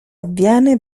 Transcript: avviene